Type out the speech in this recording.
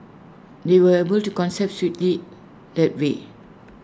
they were able to concept swiftly that way